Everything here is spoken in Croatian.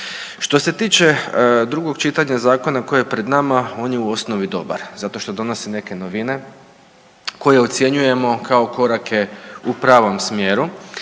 Što se tiče drugog čitanja zakona koje je pred nama on je u osnovi dobar zato što donosi neke novine koje ocjenjujemo kao korake u pravom smjeru